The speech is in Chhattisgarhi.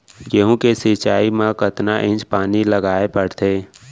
गेहूँ के सिंचाई मा कतना इंच पानी लगाए पड़थे?